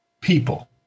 people